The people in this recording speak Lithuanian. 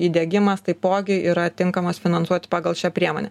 įdiegimas taipogi yra tinkamas finansuoti pagal šią priemonę